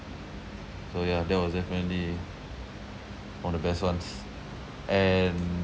so ya that was definitely one of the best ones and